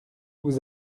vous